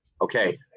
Okay